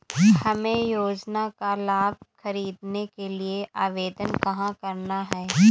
हमें योजना का लाभ ख़रीदने के लिए आवेदन कहाँ करना है?